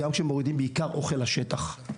בעיקר כשמורידים אוכל לשטח,